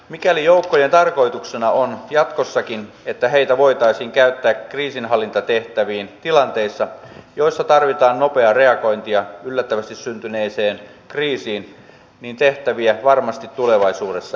mikäli joukkojen tarkoituksena on jatkossakin että heitä voitaisiin käyttää kriisinhallintatehtäviin tilanteissa joissa tarvitaan nopeaa reagointia yllättävästi syntyneeseen kriisin niin tehtäviä varmasti tulevaisuudessa riittää